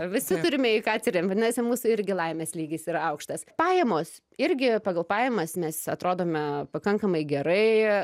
visi turime į ką atsiremt vadinasi mūsų irgi laimės lygis yra aukštas pajamos irgi pagal pajamas mes atrodome pakankamai gerai